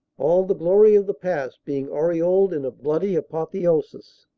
all the glory of the past being aureoled in a bloody apotheosis.